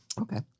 Okay